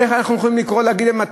איך אנחנו יכולים לקרוא ולהגיד להם: